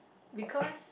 because